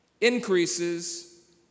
increases